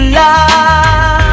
love